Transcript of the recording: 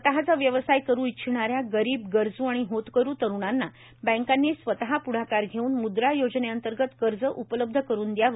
स्वतःचा व्यवसाय करू इच्छिणाऱ्या गरीब गरजू आणि होतकरू तरुणांना बँकांनी स्वतः पुढाकार घेऊन मुद्रा योजनेअंतर्गत कर्ज उपलब्ध करून द्यावे